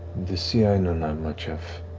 the sea i know not much of.